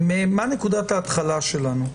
היא מה נקודת ההתחלה שלנו.